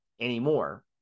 anymore